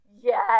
Yes